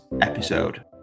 episode